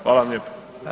Hvala vam lijepo.